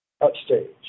upstage